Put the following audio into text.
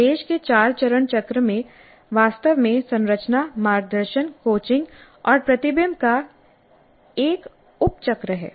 निर्देश के चार चरण चक्र में वास्तव में संरचना मार्गदर्शन कोचिंग और प्रतिबिंब का एक उप चक्र है